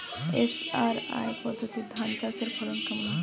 SRI পদ্ধতিতে ধান চাষের ফলন কেমন?